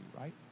right